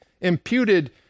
imputed